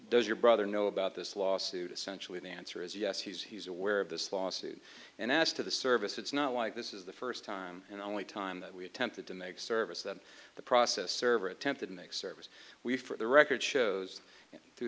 does your brother know about this lawsuit essentially the answer is yes he's he's aware of this lawsuit and as to the service it's not like this is the first time and only time that we attempted to make service that the process server attempted make service we for the record shows through